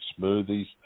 smoothies